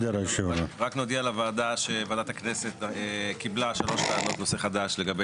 רק נודיע לוועדה שוועדת הכנסת קיבלה שלוש טענות נושא חדש לגבי